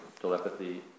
Telepathy